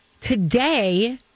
today